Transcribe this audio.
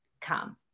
come